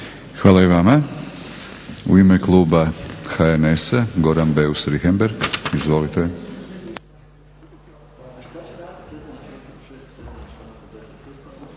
Hvala i vama. U ime kluba HNS-a Goran Beus Richemergh. Izvolite.